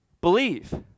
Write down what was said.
believe